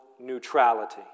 neutrality